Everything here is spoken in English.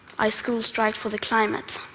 i school striked for the climate.